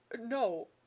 No